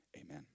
amen